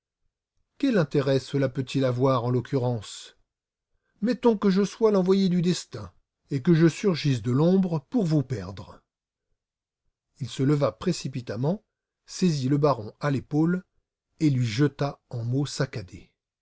quel intérêt cela peut-il avoir en l'occurrence mettons que je sois l'envoyé du destin et que je surgisse de l'ombre pour vous perdre il se leva précipitamment saisit le baron à l'épaule et lui jeta en mots saccadés